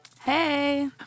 Hey